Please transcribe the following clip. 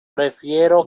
prefiero